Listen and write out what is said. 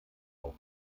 auch